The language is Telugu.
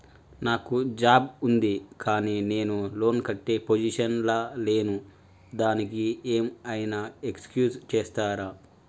నాకు జాబ్ ఉంది కానీ నేను లోన్ కట్టే పొజిషన్ లా లేను దానికి ఏం ఐనా ఎక్స్క్యూజ్ చేస్తరా?